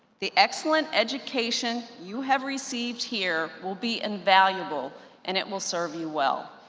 the excellent education you have received here will be invaluable and it will serve you well.